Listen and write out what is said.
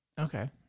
Okay